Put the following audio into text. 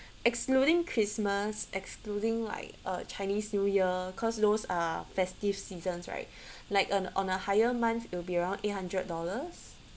excluding christmas excluding like uh chinese new year cause those are festive seasons right like on on a higher month it'll be around eight hundred dollars